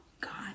God